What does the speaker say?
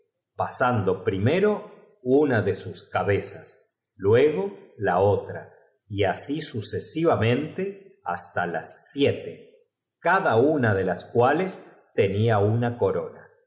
armario primero una de sus cabeias luego la al otro día la p residenta dijo otra y así sucesivamente hasta las siete en erdad que no sé de donde salen cada una de las cuales tenia una corona